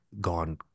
gone